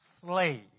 slave